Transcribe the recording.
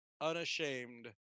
unashamed